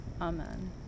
Amen